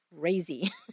crazy